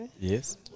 Yes